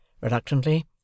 reluctantly